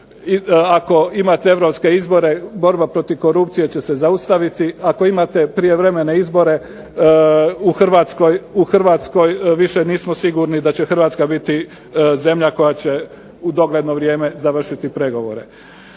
ako imate europske izbore borba protiv korupcije će se zaustaviti, ako imate prijevremene izbore u Hrvatskoj više nismo sigurni da će Hrvatska biti zemlja koja će u dogledno vrijeme završiti pregovore.